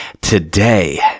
today